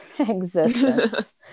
existence